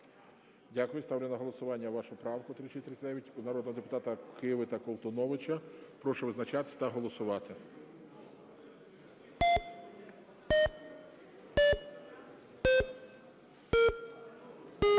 Дякую. Ставлю на голосування 3645 народного депутата Киви та Колтуновича. Прошу визначатися та голосувати.